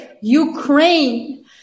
Ukraine